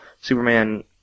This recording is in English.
Superman